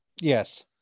Yes